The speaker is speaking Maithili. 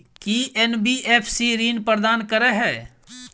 की एन.बी.एफ.सी ऋण प्रदान करे है?